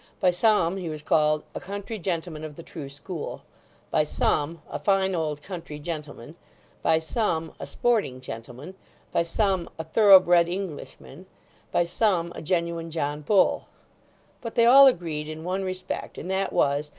by some he was called a country gentleman of the true school by some a fine old country gentleman by some a sporting gentleman by some a thorough-bred englishman by some a genuine john bull but they all agreed in one respect, and that was,